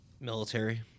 Military